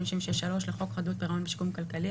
356(3) לחוק חדלות פירעון ושיקום כלכלי,